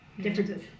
differences